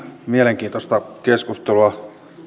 mielenkiintoista keskustelua